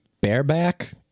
bareback